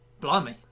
Blimey